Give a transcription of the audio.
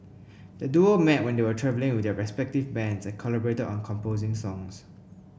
the duo met when they were travelling with their respective bands and collaborated on composing songs